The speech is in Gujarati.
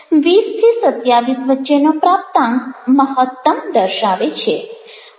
20 થી 27 વચ્ચેનો પ્રાપ્તાંક મહત્તમ દર્શાવે છે